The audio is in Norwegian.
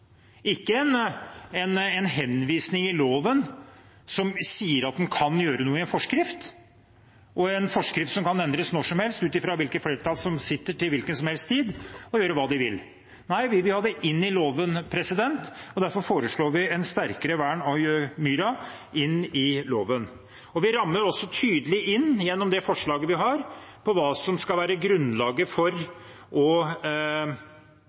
ikke en henvisning i loven som sier at en kan gjøre noe i en forskrift – en forskrift som når som helst kan endres ut fra hvilket flertall som sitter til hvilken som helst tid, og som gjør hva de vil. Nei, vi vil ha det inn i loven. Derfor foreslår vi et sterkere vern av myra i loven. Gjennom forslaget vi fremmer rammer vi også tydelig inn hva som skal være grunnlaget for å kunne sette i gang med aktiviteter. Vi mener at kommunene, som av landet er satt til å